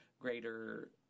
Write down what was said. greater